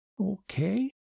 Okay